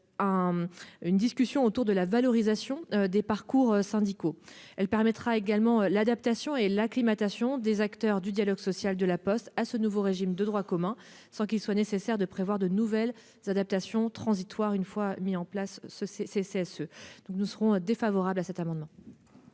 du dialogue social, sur la valorisation des parcours syndicaux. Elle permettra également l'adaptation et l'acclimatation des acteurs du dialogue social de La Poste à ce nouveau régime de droit commun, sans qu'il soit nécessaire de prévoir de nouvelles adaptations transitoires une fois ces CSE mis en place. L'avis du Gouvernement est donc défavorable sur cet amendement.